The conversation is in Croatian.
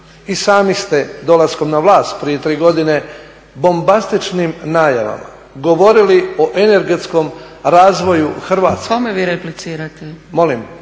I sami ste dolaskom na vlast prije tri godine bombastičnim najavama govorili o energetskom razvoju Hrvatske. **Zgrebec, Dragica